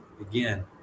again